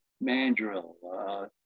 Mandrill